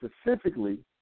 specifically